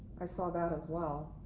i saw that as well.